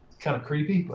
kind of creepy. but